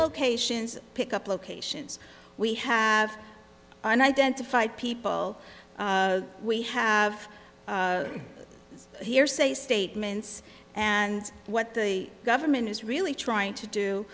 locations pick up locations we have an identified people we have hearsay statements and what the government is really trying to do